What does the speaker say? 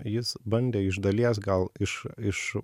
jis bandė iš dalies gal iš iš